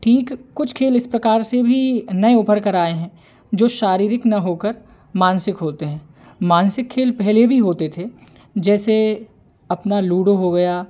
ठीक कुछ खेल इस प्रकार से भी नए उभर के आएँ हैं जो शारीरिक ना होकर मानसिक होते हैं मानसिक खेल पहले भी होते थे जैसे अपना लूडो हो गया